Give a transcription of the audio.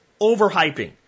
overhyping